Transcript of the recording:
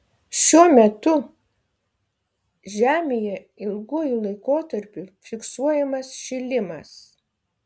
šiuo metu žemėje ilguoju laikotarpiu fiksuojamas šilimas